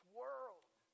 world